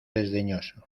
desdeñoso